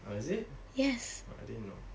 oh is it I didn't know